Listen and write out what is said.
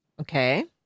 Okay